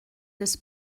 das